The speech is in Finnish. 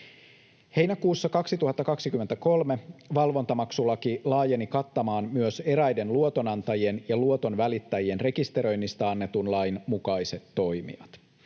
Heinäkuussa 2023 valvontamaksulaki laajeni kattamaan myös eräiden luotonantajien ja luotonvälittäjien rekisteröinnistä annetun lain mukaiset toimijat.